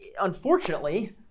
unfortunately